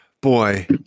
Boy